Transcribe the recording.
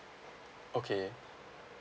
okay